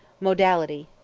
modality.